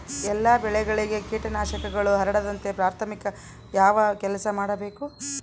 ಎಲ್ಲ ಬೆಳೆಗಳಿಗೆ ಕೇಟನಾಶಕಗಳು ಹರಡದಂತೆ ಪ್ರಾಥಮಿಕ ಯಾವ ಕೆಲಸ ಮಾಡಬೇಕು?